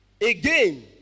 Again